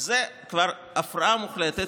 זה כבר הפרעה מוחלטת.